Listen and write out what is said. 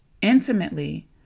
Intimately